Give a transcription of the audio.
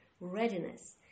Readiness